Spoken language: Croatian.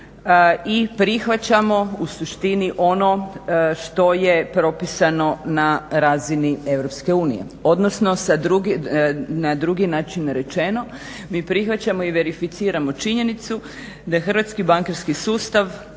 i prihvaćamo u suštini ono što je propisano na razini EU. Odnosno na drugi način rečeno, mi prihvaćamo i verificiramo činjenicu da hrvatski bankarski sustav